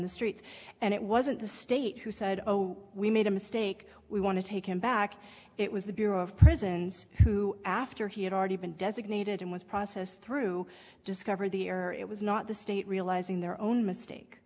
the streets and it wasn't the state who said oh we made a mistake we want to take him back it was the bureau of prisons who after he had already been designated and was processed through discovered the or it was not the state realizing their own mistake